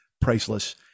priceless